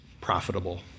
profitable